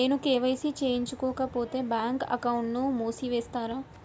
నేను కే.వై.సి చేయించుకోకపోతే బ్యాంక్ అకౌంట్ను మూసివేస్తారా?